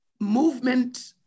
movement